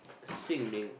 Xin-Ming